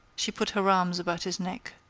she put her arms about his neck.